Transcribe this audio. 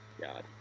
God